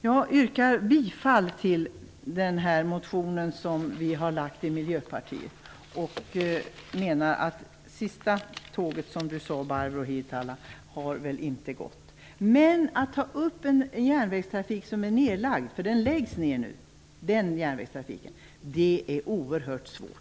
Jag yrkar bifall till den motion som Miljöpartiet har väckt och menar att sista tåget, som Barbro Hietala sade, inte har gått. Men att ta upp järnvägstrafik som är nedlagd, för den järnvägstrafiken läggs ned, är oerhört svårt.